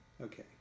Okay